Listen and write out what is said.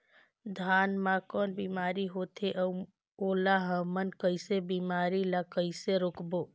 धान मा कौन बीमारी होथे अउ ओला हमन कइसे बीमारी ला कइसे रोकबो?